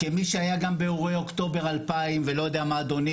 כמי שהיה גם באירועי אוקטובר 2000 ולא יודע מה אדוני,